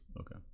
Okay